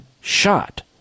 shot